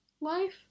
life